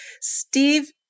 Steve